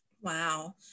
Wow